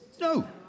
No